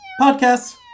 Podcasts